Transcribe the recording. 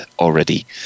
already